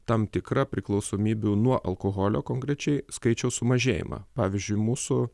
tam tikra priklausomybių nuo alkoholio konkrečiai skaičiaus sumažėjimą pavyzdžiui mūsų